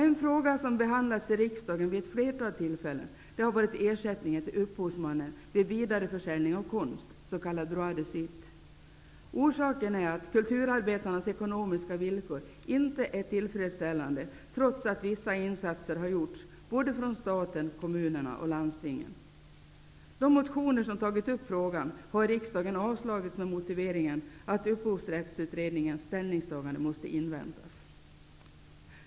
En fråga som har behandlats i riksdagen vid ett flertal tillfällen är ersättningen till upphovsmannen vid vidareförsäljning av konst, s.k. droit de suite. Orsaken är att kulturarbetarnas ekonomiska villkor inte är tillfredsställande, trots att vissa insatser har gjorts från statens, kommunernas och landstingens sida. De motioner där frågan tas upp har riksdagen avslagit med motiveringen att upphovsrättsutredningens ställningstagande måste inväntas.